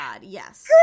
yes